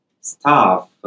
staff